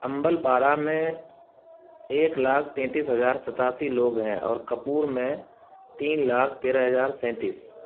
امبل پارا میں ایک لاکھ تینتیس ہزار ستاسی لوگ ہیں اور کپور میں تین لاکھ تیرہ ہزار سینتیس